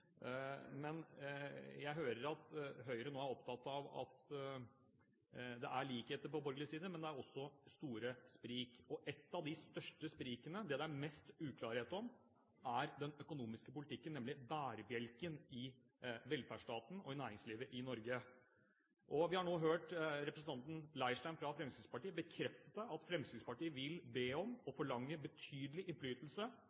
men det er også store sprik. Et av de største sprikene, det det er mest uklarhet om, er den økonomiske politikken, nemlig bærebjelken i velferdsstaten og i næringslivet i Norge. Vi har nå hørt representanten Leirstein fra Fremskrittspartiet bekrefte at Fremskrittspartiet vil be om,